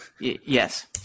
yes